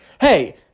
hey